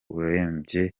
urembye